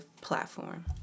platform